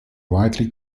widely